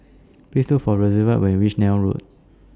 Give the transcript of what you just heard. Please Look For Rosevelt when YOU REACH Neil Road